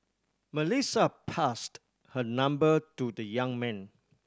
Melissa passed her number to the young man